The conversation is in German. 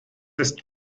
ist